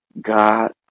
God